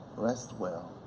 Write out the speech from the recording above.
rest well,